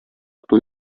туй